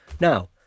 Now